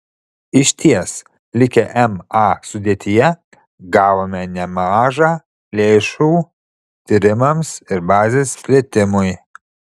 išties likę ma sudėtyje gavome nemaža lėšų tyrimams ir bazės plėtimui